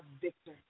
victor